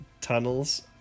tunnels